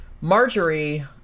Marjorie